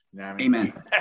Amen